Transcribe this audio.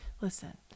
Listen